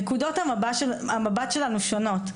נקודות המבט שלנו שונות.